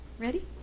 ready